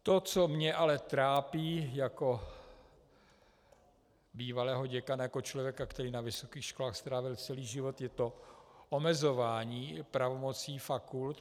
To, co mě ale trápí jako bývalého děkana, jako člověka, který na vysokých školách strávil celý život, je omezování pravomocí fakult.